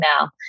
now